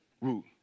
root